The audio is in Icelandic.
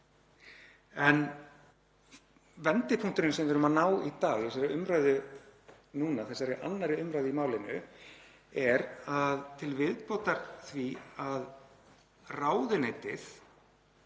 Vendipunkturinn sem við erum að ná í dag í þessari umræðu núna, þessari 2. umr. í málinu, er að til viðbótar því að ráðuneytið,